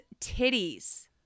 titties